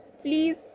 Please